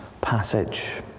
passage